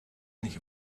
nicht